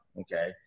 okay